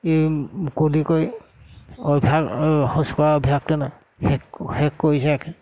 এই মুকলিকৈ অভ্যাস শৌচ কৰা অভ্যাসটো নাই শেষ শেষ কৰিছে চাগে